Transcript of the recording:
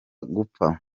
gupfa